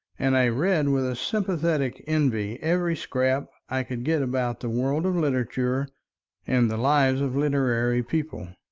and i read with a sympathetic envy every scrap i could get about the world of literature and the lives of literary people.